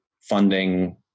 funding